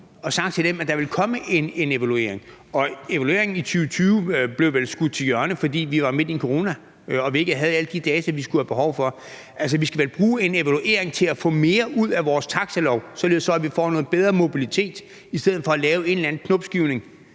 en god idé, at der ville komme en evaluering, og evalueringen i 2020 blev vel skudt til hjørne, fordi vi var midt i en tid med corona, og vi ikke havde alle de data, vi havde behov for. Altså, vi skal vel bruge en evaluering til at få mere ud af vores taxilov, således at vi får en bedre mobilitet, i stedet for at vi laver en eller anden knopskydning,